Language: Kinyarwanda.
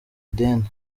ideni